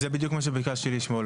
זה בדיוק מה שביקשתי לשאול